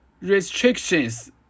restrictions